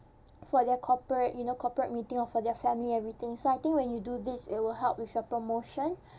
for their corporate you know corporate meeting or for their family everything so I think when you do this it will help with your promotion